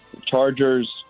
Chargers